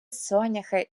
соняхи